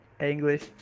English